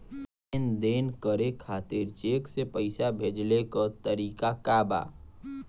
लेन देन करे खातिर चेंक से पैसा भेजेले क तरीकाका बा?